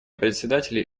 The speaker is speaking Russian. председателей